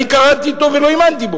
קראתי ולא האמנתי.